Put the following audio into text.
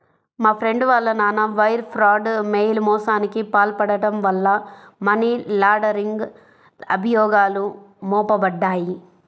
మా ఫ్రెండు వాళ్ళ నాన్న వైర్ ఫ్రాడ్, మెయిల్ మోసానికి పాల్పడటం వల్ల మనీ లాండరింగ్ అభియోగాలు మోపబడ్డాయి